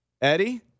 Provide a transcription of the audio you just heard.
Eddie